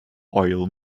oil